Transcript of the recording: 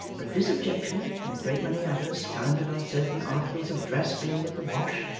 but this objection, and a great many others, founded on certain articles of dress being at the wash,